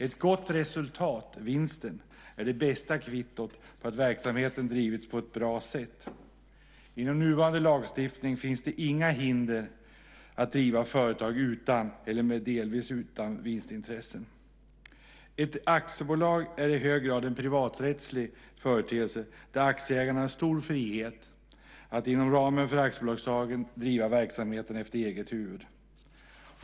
Ett gott resultat, vinsten, är det bästa kvittot på att verksamheten drivits på ett bra sätt. Inom nuvarande lagstiftning finns det inga hinder att driva företag utan eller delvis utan vinstintressen. Ett aktiebolag är i hög grad en privaträttslig företeelse där aktieägarna har stor frihet att inom ramen för aktiebolagslagen driva verksamheten efter eget huvud.